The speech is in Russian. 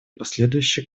последующих